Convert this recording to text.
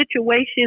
situations